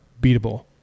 beatable